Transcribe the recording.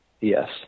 yes